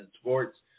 sports